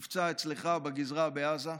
הוא נפצע אצלך בגזרה, בעזה.